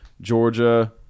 Georgia –